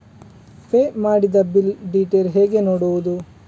Pay ಮಾಡಿದ bill detail ಹೇಗೆ ನೋಡುವುದು?